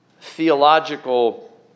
theological